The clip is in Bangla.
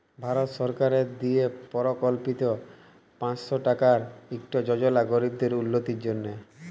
ভারত সরকারের দিয়ে পরকল্পিত পাঁচশ টাকার ইকট যজলা গরিবদের উল্লতির জ্যনহে